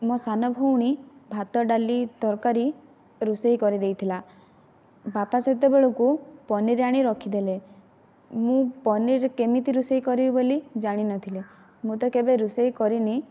ମୋ ସାନଭଉଣୀ ଭାତ ଡାଲି ତରକାରୀ ରୋଷେଇ କରିଦେଇଥିଲା ବାପା ସେତେବେଳକୁ ପନିର୍ ଆଣି ରଖିଦେଲେ ମୁଁ ପନିର୍ କେମିତି ରୋଷେଇ କରିବି ବେଲି ଜାଣିନଥିଲି ମୁଁ ତ କେବେ ରୋଷେଇ କରିନି